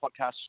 podcast